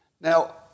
Now